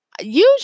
usually